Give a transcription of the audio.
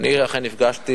אכן נפגשתי